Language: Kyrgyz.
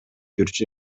жүрчү